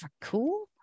cool